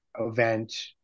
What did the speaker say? event